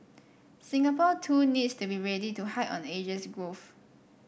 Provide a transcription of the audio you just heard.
Singapore too needs to be ready to ride on Asia's growth